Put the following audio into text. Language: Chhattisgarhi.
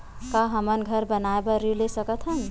का हमन घर बनाए बार ऋण ले सकत हन?